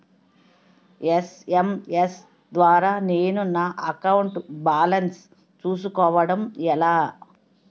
SMS ద్వారా నేను నా అకౌంట్ బాలన్స్ చూసుకోవడం ఎలా?